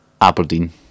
Aberdeen